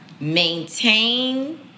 maintain